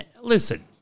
Listen